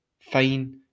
fine